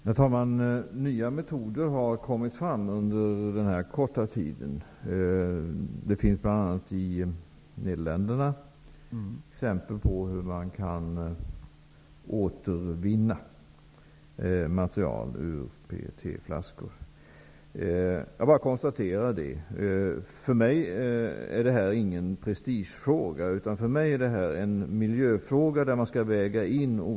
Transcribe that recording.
Herr talman! Det har kommit fram nya metoder under den här korta tiden. I bl.a. Nederländerna finns det exempel på hur man kan återvinna material ur PET-flaskor. För mig är detta inte någon prestigefråga, utan en miljöfråga där olika helheter skall vägas in.